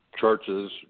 churches